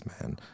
man